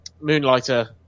Moonlighter